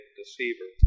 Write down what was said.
deceiver